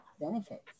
Benefits